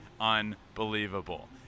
unbelievable